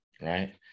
right